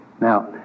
Now